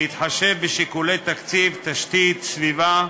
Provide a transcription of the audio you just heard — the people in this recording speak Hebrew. בהתחשב בשיקולי תקציב, תשתית, סביבה,